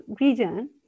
region